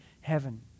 heaven